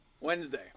Wednesday